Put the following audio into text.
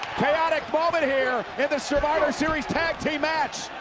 chaotic moment here the the survivor series tag team match.